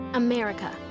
America